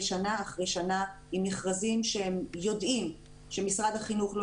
שנה אחרי שנה עם מכרזים שהם יודעים שמשרד החינוך לא